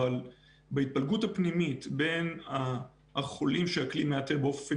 אבל בהתפלגות הפנימית בין החולים שהכלי מאתר באופן